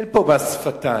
אין פה מס שפתיים.